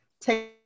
take